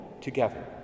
together